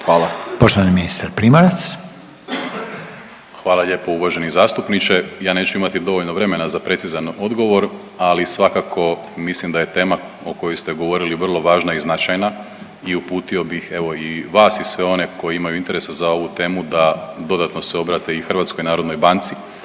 Primorac. **Primorac, Marko** Hvala lijepo uvaženi zastupniče. Ja neću imati dovoljno vremena za precizan odgovor, ali svakako mislim da je tema o kojoj ste govorili vrlo važna i značajna i uputio bih evo i vas i sve one koji imaju interesa za ovu temu da dodatno se obrate i HNB-u. Ono što